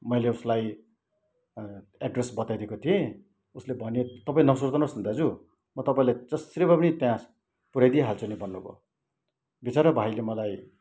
मैले उसलाई एड्रेस बताइदिएको थिएँ उसले भन्यो तपाईँ नसुर्ताउनुहोस् दाजु म तपाईँलाई जसरी भए पनि त्यहाँ पुऱ्याइ दिइहाल्छु नि भन्नु भयो बिचारा भाइले मलाई